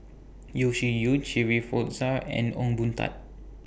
Yeo Shih Yun Shirin Fozdar and Ong Boon Tat